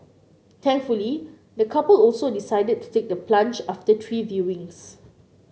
thankfully the couple also decided to take the plunge after three viewings